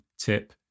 tip